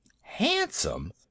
Handsome